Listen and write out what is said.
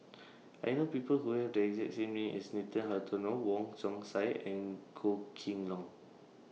I know People Who Have The exact name as Nathan Hartono Wong Chong Sai and Goh Kheng Long